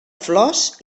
flors